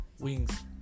wings